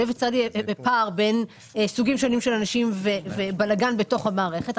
שלא ייווצר פער בין סוגים שונים של אנשים ובלגן בתוך המערכת,